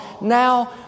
Now